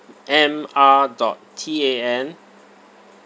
M R dot T A N